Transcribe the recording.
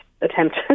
attempt